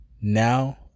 now